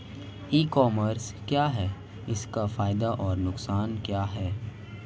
ई commerce क्या है इसके फायदे और नुकसान क्या है?